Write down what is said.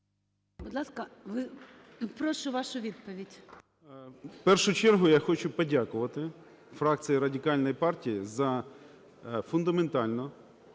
Будь ласка, прошу вашу відповідь.